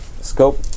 Scope